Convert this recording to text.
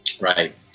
right